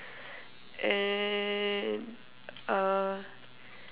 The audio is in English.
and uh